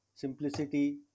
Simplicity